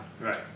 Right